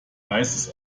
weißes